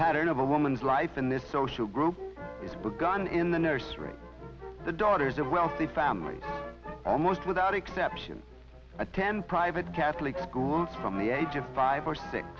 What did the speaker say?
pattern of a woman's life in the social group it's begun in the nursery the daughters of wealthy family almost without exception attend private catholic schools from the age of five or six